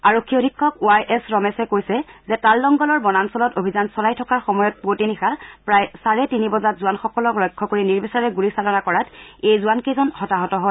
আৰক্ষী অধীক্ষক Y S ৰমেশে কৈছে যে তালদংগলৰ বনাঞ্চলত অভিযান চলাই থকাৰ সময়ত পুৱতি নিশা প্ৰায় চাৰে তিনি বজাত জোৱানসকলক লক্ষ্য কৰি নিৰ্বিচাৰে গুলি চালনা কৰাত এই জোৱানকেইজন হতাহত হয়